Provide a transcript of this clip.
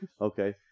Okay